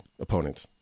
opponent